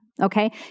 okay